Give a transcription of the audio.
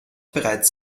bereits